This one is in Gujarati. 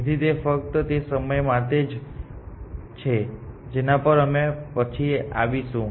તેથી તે ફક્ત તે સમય માટે છે જેના પર અમે પછી આવીશું